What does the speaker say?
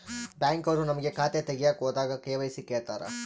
Bank ಅವ್ರು ನಮ್ಗೆ ಖಾತೆ ತಗಿಯಕ್ ಹೋದಾಗ ಕೆ.ವೈ.ಸಿ ಕೇಳ್ತಾರಾ?